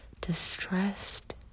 distressed